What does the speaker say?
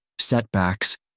setbacks